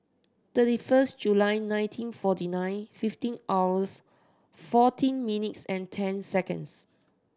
thirty first July nineteen forty nine fifteen hours fourteen minutes and ten seconds